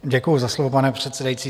Děkuji za slovo, pane předsedající.